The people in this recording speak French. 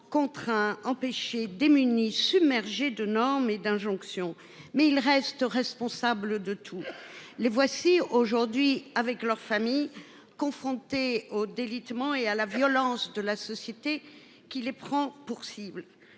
contraints empêcher démunis submergé de normes et d'injonction. Mais il reste responsable de tous les voici aujourd'hui avec leurs familles confrontées au délitement et à la violence de la société qui les prend pour cible